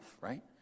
right